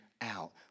out